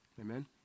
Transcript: Amen